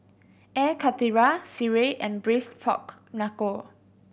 Air Karthira sireh and braise pork knuckle